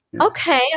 Okay